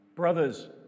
brothers